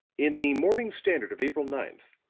in the morning standard of april ninth,